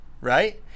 right